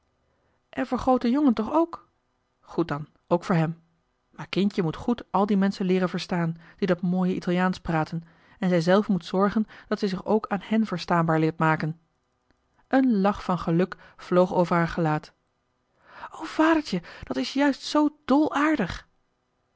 en voor groote jongen toch ook goed dan ook voor hem maar kindje moet goed al die menschen leeren verstaan die dat mooie italiaansch praten en zij zelf moet zorgen dat zij zich ook aan hen verstaanbaar leert maken een lach van geluk vloog over haar gelaat o vadertje dat is juist zoo